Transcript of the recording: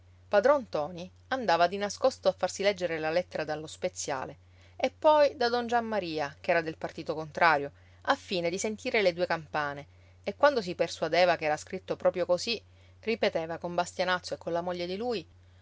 padron ntoni andava di nascosto a farsi leggere la lettera dallo speziale e poi da don giammaria che era del partito contrario affine di sentire le due campane e quando si persuadeva che era scritto proprio così ripeteva con bastianazzo e con la moglie di lui